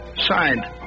Signed